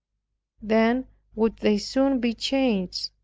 then would they soon be changed,